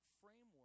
framework